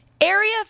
Area